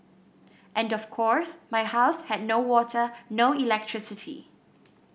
and of course my house had no water no electricity